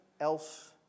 else